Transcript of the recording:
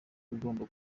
ugomba